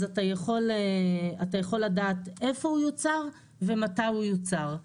אתה יכול לדעת איפה הוא יוצר ומתי הוא יוצר.